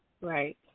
Right